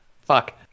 Fuck